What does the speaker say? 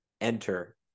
enter